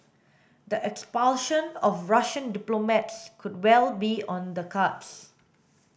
the expulsion of Russian diplomats could well be on the cards